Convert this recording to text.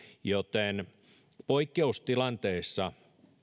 joten poikkeustilanteissa